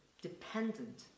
dependent